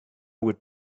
would